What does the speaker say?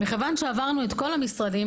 כיוון שעברנו את כל המשרדים,